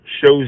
shows